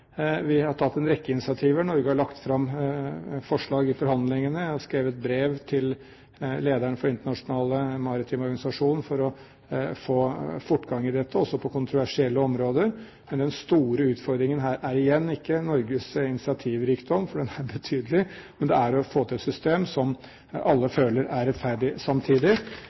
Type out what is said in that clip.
Vi har tatt en rekke initiativ. Norge har lagt fram forslag i forhandlingene. Jeg har skrevet brev til lederen for Den internasjonale maritime organisasjon for å få fortgang i dette, også på kontroversielle områder. Men den store utfordringen her er igjen ikke Norges initiativrikdom, for den er betydelig, men det er å få til et system som alle føler er rettferdig, samtidig.